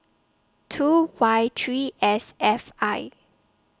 two Y three S F I